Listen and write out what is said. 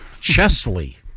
Chesley